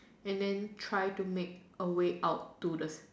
and then try to make a way out to the